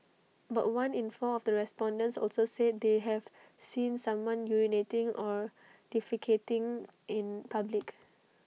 about one in four of the respondents also said they have seen someone urinating or defecating in public